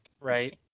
right